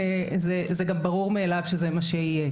זה גם ברור מאליו שזה מה שיהיה.